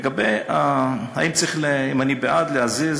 לגבי האם אני בעד להזיז,